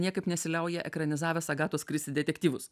niekaip nesiliauja ekranizavęs agatos kristi detektyvus